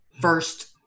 first